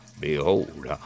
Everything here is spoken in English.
Behold